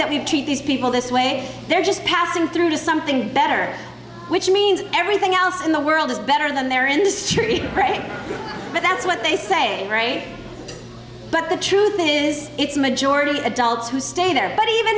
that we treat these people this way they're just passing through to something better which means everything else in the world is better than their industry right now that's what they say but the truth is it's majority of adults who stay there but even